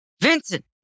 Vincent